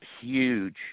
huge